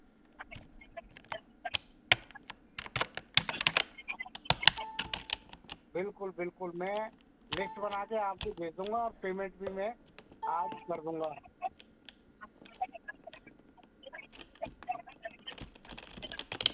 बिल्कुल बिल्कुल मैं लिस्ट बना कर आपको भेज दूँगा और पेमेंट भी मैं आज कर दूँगा